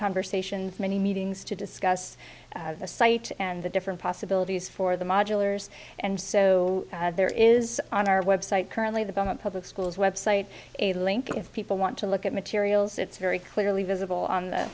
conversations many meetings to discuss the site and the different possibilities for the modulars and so there is on our website currently the public schools website a link if people want to look at materials it's very clearly visible on the